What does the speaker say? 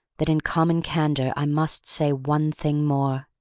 that in common candor i must say one thing more.